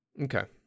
Okay